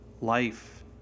life